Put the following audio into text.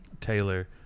Taylor